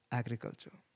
agriculture